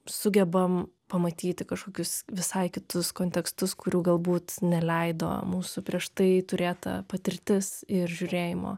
sugebam pamatyti kažkokius visai kitus kontekstus kurių galbūt neleido mūsų prieš tai turėta patirtis ir žiūrėjimo